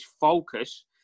focus